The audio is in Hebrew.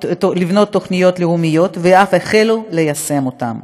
תוכניות לאומיות ואף החלו ליישם אותן.